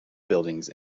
buildings